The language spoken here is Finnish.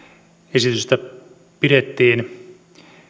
esitystä pidettiin